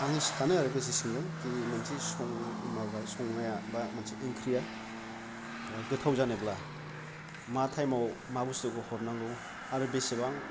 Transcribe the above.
आङो सानो आरो गोसो सिंजों खि मोनसे सं माबा संनाया बा मोनसे ओंख्रिआ गोथाव जानोब्ला मा टाइमाव मा बुसथुखौ हरनांगौ आरो बेसेबां